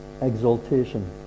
exaltation